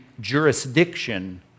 jurisdiction